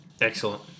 excellent